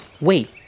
Wait